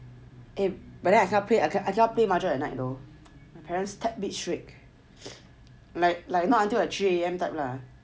eh but then I cannot play cannot play mahjong at night though parents tad bit strict like like not until three A_M type lah